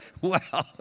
Wow